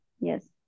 Yes